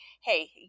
hey